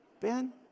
Ben